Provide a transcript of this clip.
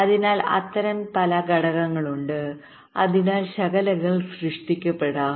അതിനാൽ അത്തരം പല ഘടകങ്ങളുമുണ്ട് അതിനായി ശകലങ്ങൾ സൃഷ്ടിക്കപ്പെടാം